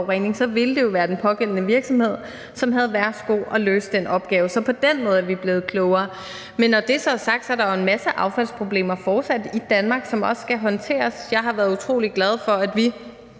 så ville det jo være den pågældende virksomhed, som havde værsgo at løse den opgave. Så på den måde er vi blevet klogere. Men når det så er sagt, er der jo fortsat en masse affaldsproblemer i Danmark, som også skal håndteres. Jeg har været utrolig glad for, at vi